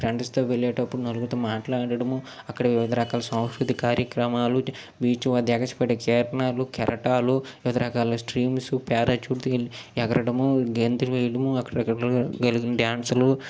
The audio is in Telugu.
ఫ్రెండ్స్తో వెళ్ళేటప్పుడు నలుగురితో మాట్లాడటము అక్కడ వివిధ రకాల సాంస్కృతిక కార్యక్రమాలు బీచ్ అది ఎగసిపడే కిరణాలు కెరటాలు వివిధ రకాల స్ట్రీమ్స్ పేరాచూటీలు ఎగరడమూ గెంతులు వేయడమూ అక్కడ డాన్సులు